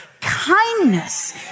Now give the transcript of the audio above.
kindness